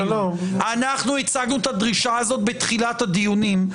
אנחנו הצגנו את הדרישה הזאת בתחילת הדיונים.